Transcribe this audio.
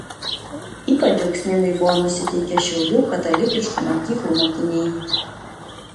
ypač džiaugsmingai buvo nusiteikę šiaulių katalikiškų mokyklų mokiniai